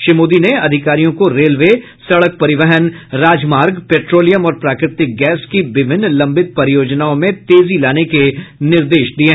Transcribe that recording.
श्री मोदी ने अधिकारियों को रेलवे सड़क परिवहन राजमार्ग पेट्रोलियम और प्राकृतिक गैस की विभिन्न लंबित परियोजनाओं में तेजी लाने के निर्देश दिये